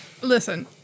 listen